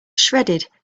shredded